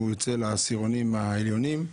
שהוא יוצא לעשירונים העליונים.